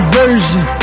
version